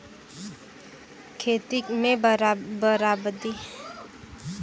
खेती में बरबादी होखे से हर तरफ से घाटा किसानन के ही होला